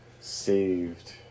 Saved